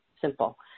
simple